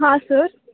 हां सर